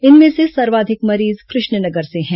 इनमें से सर्वाधिक मरीज कृष्ण नगर से हैं